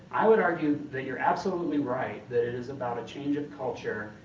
i would argue that you're absolutely right. that it is about a change of culture,